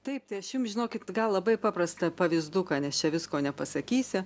taip tai aš žinokit gal labai paprasta pavyzduką nes čia visko nepasakysi